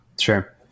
Sure